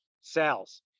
sales